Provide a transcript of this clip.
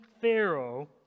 Pharaoh